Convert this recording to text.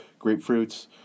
grapefruits